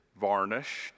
varnished